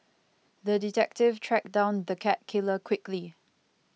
the detective tracked down the cat killer quickly